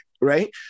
right